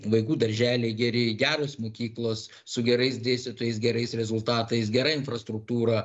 vaikų darželiai geri geros mokyklos su gerais dėstytojais gerais rezultatais gera infrastruktūra